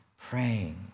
praying